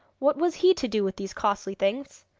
what was he to do with these costly things?